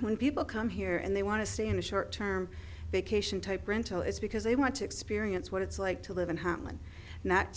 when people come here and they want to stay in the short term vacation type rental is because they want to experience what it's like to live in h